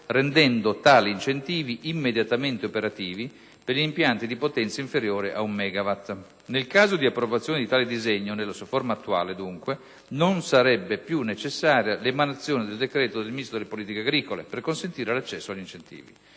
rendendo tali incentivi immediatamente operativi per gli impianti di potenza inferiore a 1 MW. Nel caso di approvazione di tale disegno, nella sua forma attuale, dunque, non sarebbe più necessaria l'emanazione del decreto del Ministro delle politiche agricole per consentire l'accesso agli incentivi.